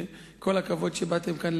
וכל הכבוד שבאתם לכאן,